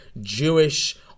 Jewish